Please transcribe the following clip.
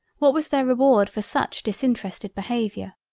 what was their reward for such disinterested behaviour!